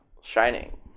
Shining